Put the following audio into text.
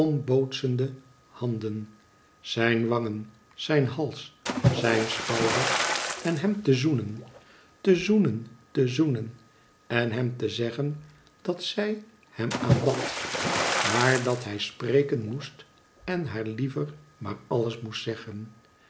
omvattende ombootsendehanden zijn wangen zijnhals zijn schouders en hem te zoenen te zoenen te zoenen en hem te zeggen dat zij hem aanbad maar dat hij spreken moest en haar liever maar alles moest zeggen